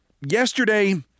yesterday